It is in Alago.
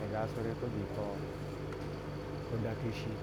Oya ga sore kogye ko da keshi